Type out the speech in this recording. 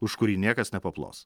už kurį niekas nepaplos